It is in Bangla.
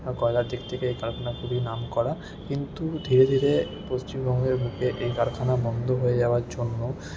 কয়লার দিক থেকে এই কারখানা খুবই নামকরা কিন্তু ধীরে ধীরে পশ্চিমবঙ্গের বুকে এই কারখানা বন্ধ হয়ে যাওয়ার জন্য